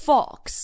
Fox